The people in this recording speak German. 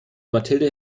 mathilde